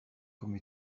comme